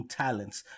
talents